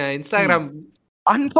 Instagram